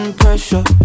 pressure